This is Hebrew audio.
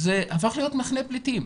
זה הפך להיות מחנה פליטים.